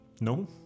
No